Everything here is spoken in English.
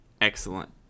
excellent